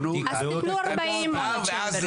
אז תתנו 40 מונוצ'יימברים.